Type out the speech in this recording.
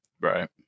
right